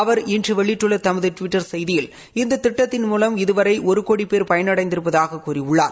அவர் இன்று வெளியிட்டுள்ள தமது டுவிட்டர் செய்தியில் இந்த திட்டத்தின் மூலம் இதுவரை ஒரு கோடி பேர் பயனடைந்திருப்பதாக கூறியுள்ளார்